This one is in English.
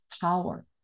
power